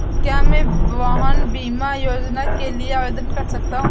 क्या मैं वाहन बीमा योजना के लिए आवेदन कर सकता हूँ?